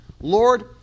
Lord